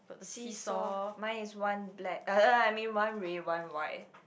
seesaw mine is one black uh I mean one red one white